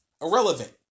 Irrelevant